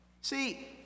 see